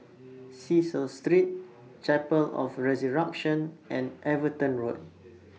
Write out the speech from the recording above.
Cecil Street Chapel of The Resurrection and Everton Road